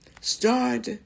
Start